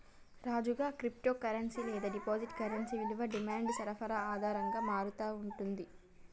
రాజుగా, crypto currency లేదా digital currency విలువ డిమాండ్ సరఫరా ఆధారంగా మారతా ఉంటుంది